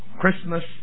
Christmas